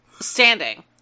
standing